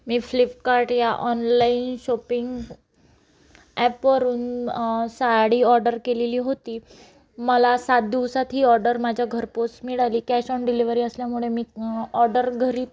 मी Flipkart या online shopping ॲपवरून sari order केलेली होती मला सात दिवसात ही ऑर्डर माझ्या घरपोच मिळाली कॅश ऑन डिलिव्हरी असल्यामुळे मी ऑर्डर घरी